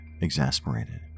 exasperated